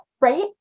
Right